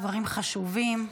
דברים חשובים.